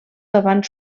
davant